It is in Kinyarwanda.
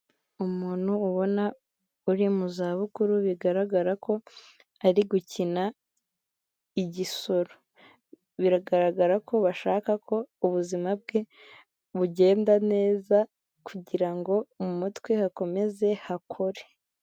Umuntu ubona uri mu zabukuru, bigaragara ko ari gukina igisoro. Biragaragara ko bashaka ko ubuzima bwe bugenda neza kugira ngo mu mutwe hakomeze hakore.